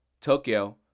Tokyo